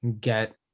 get